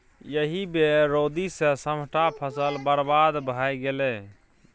एहि बेर रौदी सँ सभटा फसल बरबाद भए गेलै